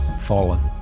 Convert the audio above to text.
fallen